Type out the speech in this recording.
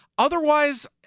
Otherwise